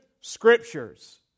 Scriptures